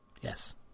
Yes